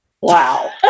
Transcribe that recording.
Wow